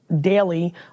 Daily